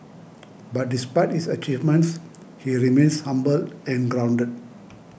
but despite his achievements he remains humble and grounded